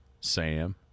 Sam